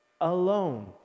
alone